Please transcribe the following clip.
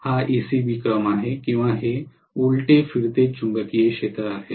हा एसीबी क्रम आहे किंवा हे उलटे फिरते चुंबकीय क्षेत्र आहे